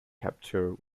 capture